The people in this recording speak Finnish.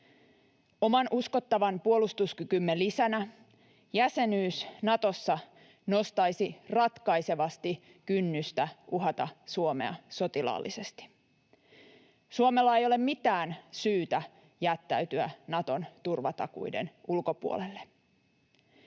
Oman uskottavan puolustuskykymme lisänä jäsenyys Natossa nostaisi ratkaisevasti kynnystä uhata Suomea sotilaallisesti. Suomella ei ole mitään syytä jättäytyä Naton turvatakuiden ulkopuolelle.